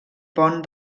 pont